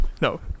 No